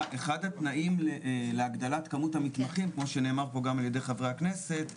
אחד התנאים להגדלת כמות המתמחים כמו שנאמר פה גם על ידי חברי הכנסת,